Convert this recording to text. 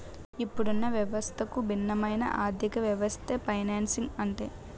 ఇప్పుడున్న వ్యవస్థకు భిన్నమైన ఆర్థికవ్యవస్థే ఫైనాన్సింగ్ అంటే